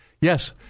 Yes